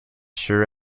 sure